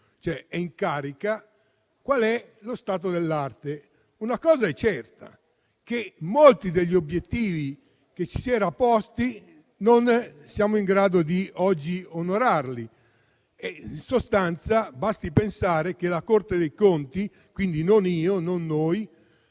del Governo, qual è lo stato dell'arte. Una cosa è certa: molti degli obiettivi che ci si era posti non siamo oggi in grado di onorarli. In sostanza, basti pensare che la Corte dei conti dice - quindi non io, non noi